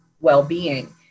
well-being